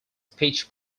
pitch